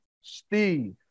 Steve